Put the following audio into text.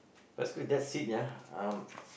basically that's seed ya um